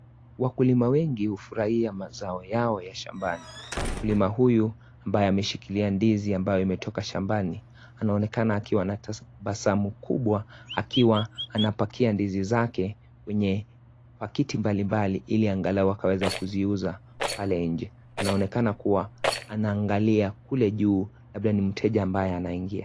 Wakulima wengi hufuria mazao yao ya Shambani. Mkulima huyu, ambaye amishikilia ndizi ambayo imetoka Shambani. Anaonekana akiwa na tabasamu kubwa akiwa, anapakia ndizi zake, kwenye pakiti mbali-mbali ili angalau akaweza kuziuza pale nje. Anaonekana kuwa, anaangalia kule juu labda ni mteja ambaye anaingia.